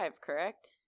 correct